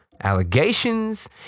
allegations